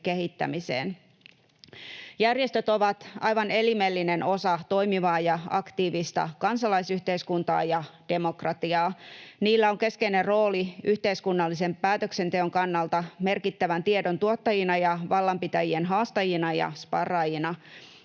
kehittämiseen. Järjestöt ovat aivan elimellinen osa toimivaa ja aktiivista kansalaisyhteiskuntaa ja demokratiaa. Niillä on keskeinen rooli yhteiskunnallisen päätöksenteon kannalta merkittävän tiedon tuottajina ja vallanpitäjien haastajina ja sparraajina.